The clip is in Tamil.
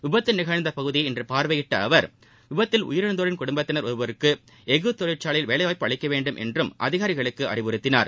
விபத்து நிகழ்ந்த பகுதியை இன்று பார்வையிட்ட அவர் விபத்தில் உயிரிழந்தோரின் குடும்பத்தினர் ஒருவருக்கு எஃகு தொழிற்சாலையில் வேலைவாய்ப்பு அளிக்கவேண்டும் என்றும் அதிகாரிகளுக்கு அறிவுறுத்தினார்